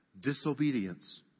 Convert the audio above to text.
Disobedience